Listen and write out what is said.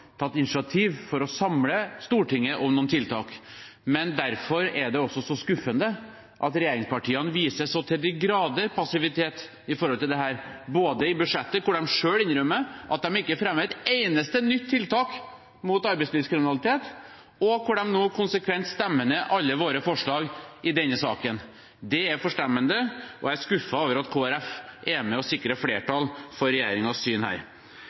er det også så skuffende at regjeringspartiene så til de grader viser passivitet når det gjelder dette, både i budsjettet, som de selv innrømmer at de ikke fremmer et eneste nytt tiltak mot arbeidslivskriminalitet i, og her og nå, hvor de konsekvent stemmer ned alle våre forslag i denne saken. Det er forstemmende, og jeg er skuffet over at Kristelig Folkeparti er med og sikrer flertall for regjeringens syn på dette. Det er heller ikke slik at man her